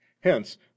Hence